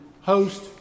host